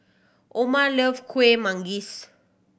Oma love Kuih Manggis